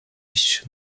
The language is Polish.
iść